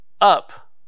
up